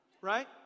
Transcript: right